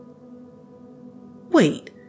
Wait